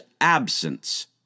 absence